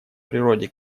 природе